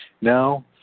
no